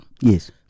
Yes